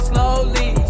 Slowly